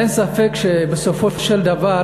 אין ספק שבסופו של דבר,